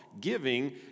giving